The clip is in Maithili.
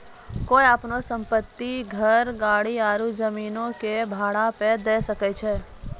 कोय अपनो सम्पति, घर, गाड़ी आरु जमीनो के भाड़ा पे दै छै?